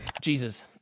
Jesus